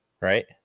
right